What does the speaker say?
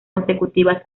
consecutivas